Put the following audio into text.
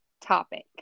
topic